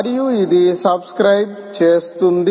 మరియు ఇది సబ్స్క్రయిబ్ చేస్తుంది